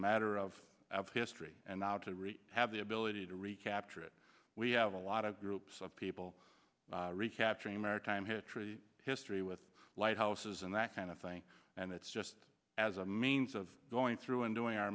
matter of history and now to reach have the ability to recapture it we have a lot of groups of people recapture a maritime history history with lighthouses and that kind of thing and it's just as a means of going through and doing our